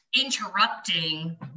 Interrupting